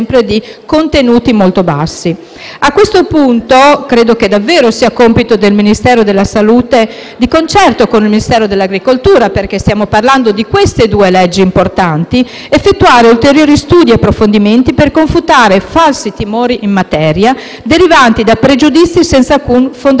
A questo punto, credo che davvero sia compito del Ministero della salute, di concerto con il Ministero dell'agricoltura, perché stiamo parlando di queste due leggi importanti, effettuare ulteriori studi e approfondimenti per confutare falsi timori in materia, derivanti da pregiudizi senza alcun fondamento